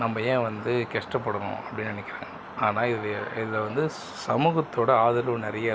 நம்ம ஏன் வந்து கஷ்டப்படணும் அப்படின்னு நினைக்கிறாங்க ஆனால் இது இதில் வந்து சமூகத்தோடு ஆதரவு நிறையா இருக்குது